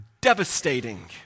devastating